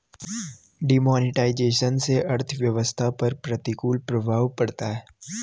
demonetisation से अर्थव्यवस्था पर प्रतिकूल प्रभाव पड़ता है